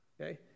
okay